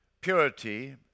purity